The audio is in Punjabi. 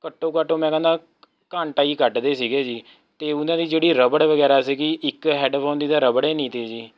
ਘੱਟੋ ਘੱਟ ਮੈਂ ਕਹਿੰਦਾ ਘੰਟਾ ਹੀ ਕੱਢਦੇ ਸੀਗੇ ਜੀ ਅਤੇ ਉਹਨਾਂ ਦੀ ਜਿਹੜੀ ਰਬੜ ਵਗੈਰਾ ਸੀਗੀ ਇੱਕ ਹੈੱਡਫੋਨ ਦੀ ਤਾਂ ਰਬੜ ਏ ਨਹੀਂ ਤੀ ਜੀ